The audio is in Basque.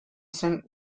zen